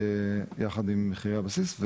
יחד עם מחירי הבסיס.